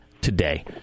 today